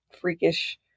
freakish